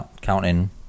counting